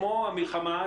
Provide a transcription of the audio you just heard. כמו המלחמה,